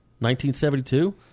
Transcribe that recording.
1972